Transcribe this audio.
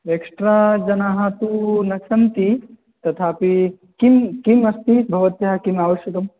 extra जनाः तु न सन्ति तथापि किं किम् अस्ति भवत्याः किम् आवश्यकं